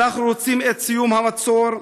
אנחנו רוצים את סיום המצור,